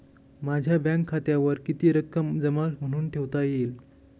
माझ्या बँक खात्यावर किती रक्कम जमा म्हणून ठेवता येईल?